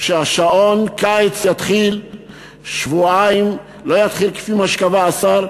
ששעון הקיץ לא יתחיל כמו שקבע השר,